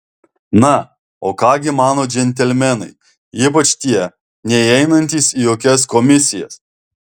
na o ką gi mano džentelmenai ypač tie neįeinantys į jokias komisijas